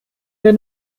der